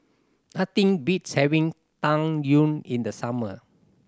nothing beats having Tang Yuen in the summer